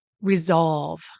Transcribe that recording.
resolve